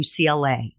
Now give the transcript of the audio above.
UCLA